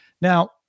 Now